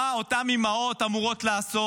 מה אותן עם אימהות אמורות לעשות?